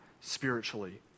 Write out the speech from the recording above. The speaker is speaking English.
spiritually